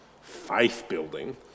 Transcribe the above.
faith-building